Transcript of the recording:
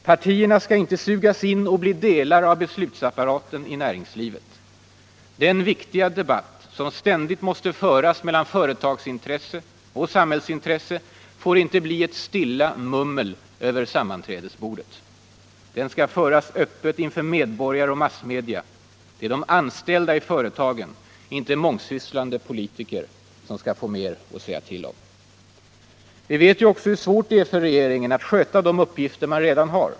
Partierna skall inte sugas in i och bli delar av beslutsapparaten i näringslivet. Den viktiga debatt som ständigt måste föras mellan företagsintresse och samhällsintresse får inte bli ett stilla mummel över sammanträdesborden. Den skall föras öppet inför medborgare och massmedia. Det är de anställda i företagen, inte mångsysslande politiker, som skall få mer att säga till om. Vi vet ju också hur svårt det är för regeringen att sköta de uppgifter man redan har.